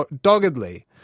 doggedly